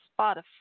Spotify